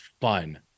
fun